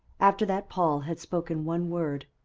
after that paul had spoken one word,